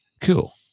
cool